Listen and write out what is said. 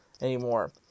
anymore